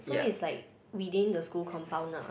so it's like within the school compound ah